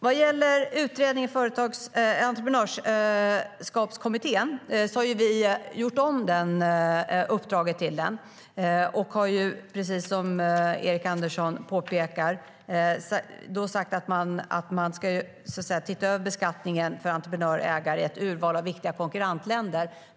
Vad gäller Entreprenörskapskommittén har vi gjort om uppdraget till den och har, precis som Erik Andersson påpekar, sagt att man ska se över beskattningen för entreprenörer och ägare i ett urval av viktiga konkurrentländer.